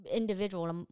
individual